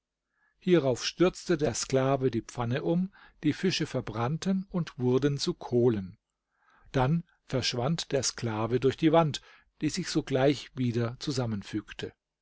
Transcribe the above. hierauf stürzte der sklave die pfanne um die fische verbrannten und wurden zu kohlen dann verschwand der sklave durch die wand die sich sogleich wieder zusammenfügte